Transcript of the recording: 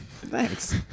Thanks